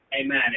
Amen